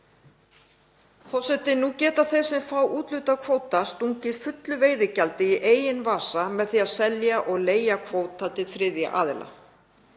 Forseti. Nú geta þeir sem fá úthlutað kvóta stungið fullu veiðigjaldi í eigin vasa með því að selja og leigja kvóta til þriðja aðila.